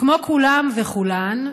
כמו כולם וכולן,